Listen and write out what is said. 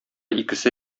икесе